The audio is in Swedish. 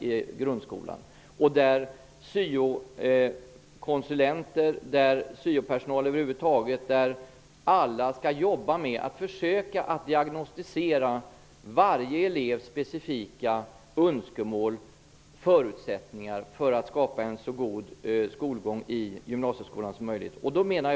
Det handlar om att alla, syokonsulenter och syopersonal över huvud taget, skall jobba med att försöka diagnostisera varje elevs specifika önskemål och förutsättningar, för att därmed försöka skapa en så god skolgång som möjligt i gymnasieskolan.